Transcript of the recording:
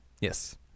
Yes